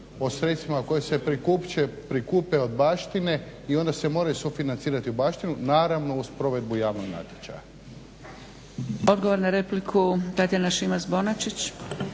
o sredstvima koja se prikupe od baštine i onda se moraju sufinancirati u baštinu naravno uz provedbu javnog natječaja.